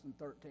2013